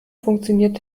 funktioniert